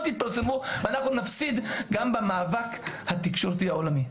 לא יתפרסמו ואנחנו נפסיד גם במאבק התקשורתי העולמי.